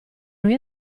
noi